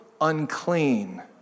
unclean